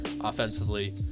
offensively